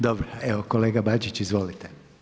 Dobro, evo kolega Bačić, izvolite.